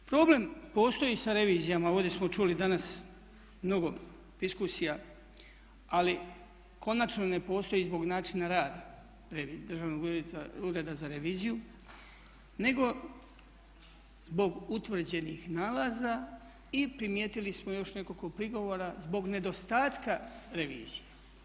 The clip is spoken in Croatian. Problem postoji sa revizijama, ovdje smo čuli danas mnogo diskusija, ali konačno ne postoji zbog načina rada Državnog ureda za reviziju nego zbog utvrđenih nalaza i primijetili smo još nekoliko prigovora zbog nedostatka revizije.